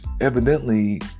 evidently